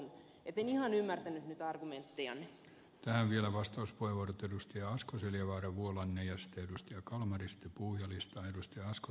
en ihan ymmärtänyt nyt argumenttejanne lähellä vastaus kuivunut edustaja asko seljavaara vuolanne jos edustaja kalmarista puhvelista edusti asko